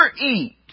eat